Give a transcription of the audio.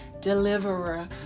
deliverer